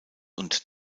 und